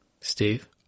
Steve